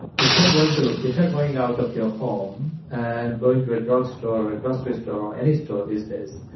if you're going to. if you're going out of your home and going to a drugstore or a grocery store or any store these days,